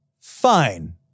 fine